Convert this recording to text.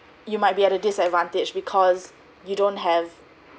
you might be at a disadvantage because you don't have